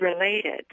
related